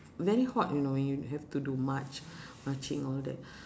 very hot you know when you have to do march marching all that